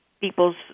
people's